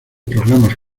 programas